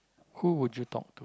who would you talk to